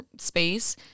space